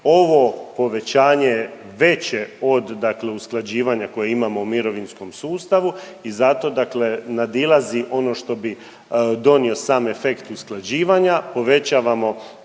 Ovo povećanje veće od, dakle od usklađivanja koje imamo u mirovinskom sustavu i zato dakle nadilazi ono što bi donio sam efekt usklađivanja. Povećavamo